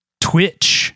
Twitch